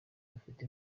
bufite